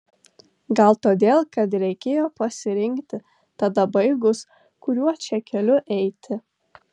gal todėl kad reikėjo pasirinkti tada baigus kuriuo čia keliu eiti